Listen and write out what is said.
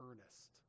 earnest